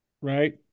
right